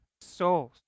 souls